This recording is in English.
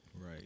Right